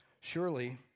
Surely